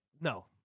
No